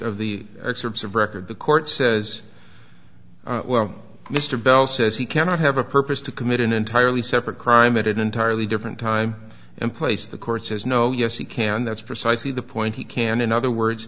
of the excerpts of record the court says well mr bell says he cannot have a purpose to commit an entirely separate crime at an entirely different time and place the court says no yes he can that's precisely the point he can in other words